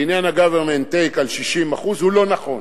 בעניין ה-government take על 60% לא נכון.